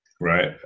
right